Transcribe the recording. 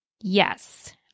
Yes